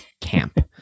camp